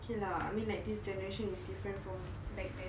okay lah I mean like this generation is different from back then